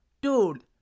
dude